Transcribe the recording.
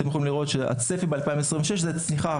אתם יכולים לראות שהצפי ב-2026 הוא צניחה.